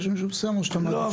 שמישהו מסיים או שאתה מעדיף- -- לא,